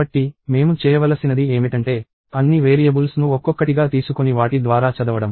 కాబట్టి మేము చేయవలసినది ఏమిటంటే అన్ని వేరియబుల్స్ను ఒక్కొక్కటిగా తీసుకొని వాటి ద్వారా చదవడం